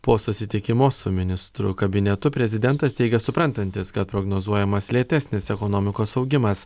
po susitikimo su ministrų kabinetu prezidentas teigė suprantantis kad prognozuojamas lėtesnis ekonomikos augimas